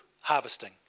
harvesting